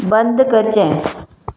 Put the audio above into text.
बंद करचें